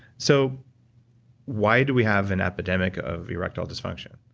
so why do we have an epidemic of erectile dysfunction?